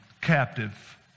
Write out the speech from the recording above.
captive